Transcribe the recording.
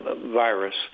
virus